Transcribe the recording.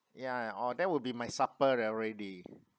ya or that will be my supper already